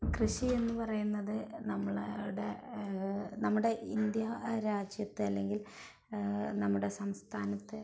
കൃഷി എന്നുപറയുന്നത് നമ്മുടെ ഇന്ത്യാ രാജ്യത്ത് അല്ലെങ്കിൽ നമ്മുടെ സംസ്ഥാനത്ത്